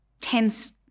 tense